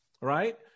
right